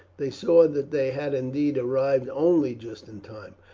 they saw that they had, indeed, arrived only just in time.